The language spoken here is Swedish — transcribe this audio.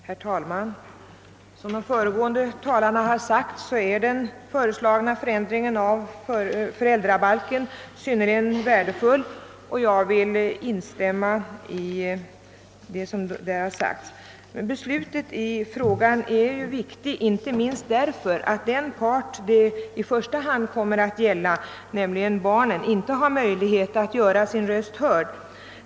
Herr talman! Som de föregående talarna framhållit är den föreslagna förändringen av föräldrabalken synnerligen värdefull, och jag vill instämma i det som sagts därvidlag. Beslutet i frågan är ju viktigt inte minst därför att den part som det i första hand kommer att gälla, nämligen barnen, inte har möjlighet att göra sin röst hörd.